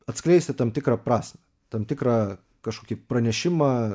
atskleisti tam tikrą prasmę tam tikrą kažkokį pranešimą